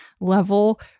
level